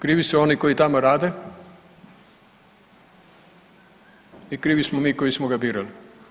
Krivi su oni koji tamo rade i krivi smo mi koji smo ga birali.